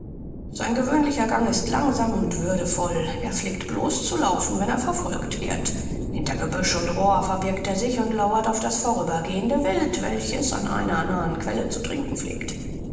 sein gewöhnlicher gang ist langsam und würdevoll er pflegt blos zu laufen wenn er verfolgt wird hinter gebüsch und rohr verbirgt er sich und lauert auf das vorübergehende wild welches an einer nahen quelle zu trinken pflegt